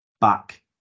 Back